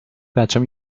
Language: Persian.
بچم